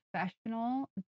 professional